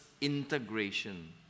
integration